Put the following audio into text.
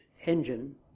engine